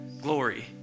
glory